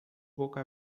boca